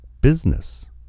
business